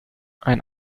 ein